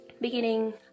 beginning